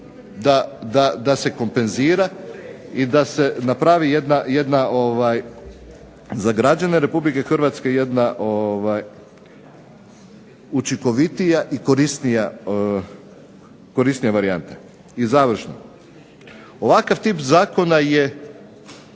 da se kompenzira i da se napravi za građane Republike Hrvatske jedna učinkovitija i korisnija varijanta. I završno, ovakav tip zakona može